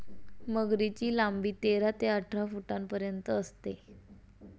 मगरीची लांबी तेरा ते अठरा फुटांपर्यंत असते